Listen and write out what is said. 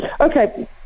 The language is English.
okay